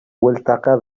bueltaka